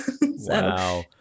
Wow